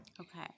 okay